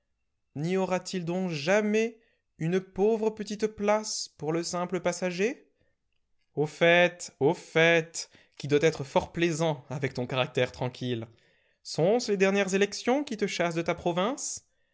n'y aura-t-il donc jamais une pauvre petite place pour le simple passager au fait au fait qui doit être fort plaisant avec ton caractère tranquille sont-ce les dernières élections qui te chassent de ta province